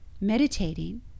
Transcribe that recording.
meditating